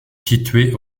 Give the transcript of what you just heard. situé